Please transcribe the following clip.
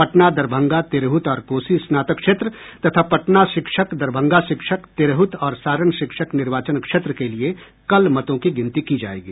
पटना दरभंगा तिरहुत और कोसी स्नातक क्षेत्र तथा पटना शिक्षक दरभंगा शिक्षक तिरहुत और सारण शिक्षक निर्वाचन क्षेत्र के लिये कल मतों की गिनती की जायेगी